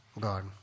God